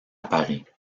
paris